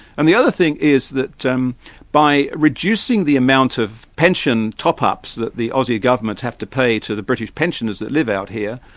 and the other thing is that um by reducing the amount of pension top-ups that the aussie government have to pay to the british pensioners that live out here,